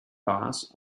bars